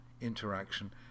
interaction